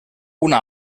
una